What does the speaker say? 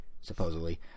supposedly